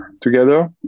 together